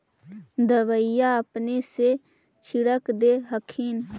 दबइया अपने से छीरक दे हखिन?